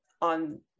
on